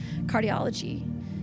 cardiology